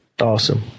Awesome